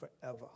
forever